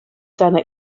seiner